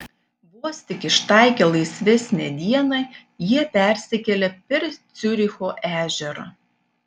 vos tik ištaikę laisvesnę dieną jie persikelia per ciuricho ežerą